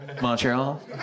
Montreal